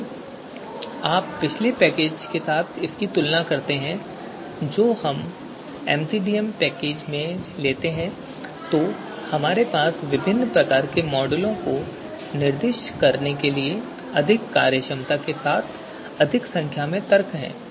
यदि आप पिछले पैकेज के साथ तुलना करते हैं जो कि एमसीडीए पैकेज है तो हमारे पास विभिन्न प्रकार के मॉडलों को निर्दिष्ट करने के लिए अधिक कार्यक्षमता के साथ अधिक संख्या में तर्क हैं